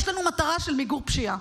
יש לנו מטרה של מיגור פשיעה,